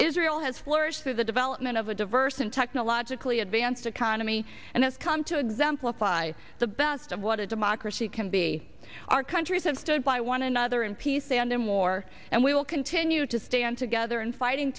israel has flourished through the development of a diverse and technologically advanced economy and has come to exemplify the best of what a democracy can be our countries have stood by one another in peace and in war and we will continue to stand together in fighting